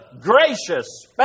gracious